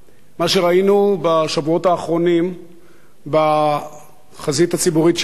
מה שראינו בשבועות האחרונים בחזית הציבורית שלנו,